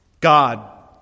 God